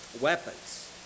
weapons